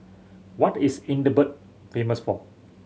what is Edinburgh famous for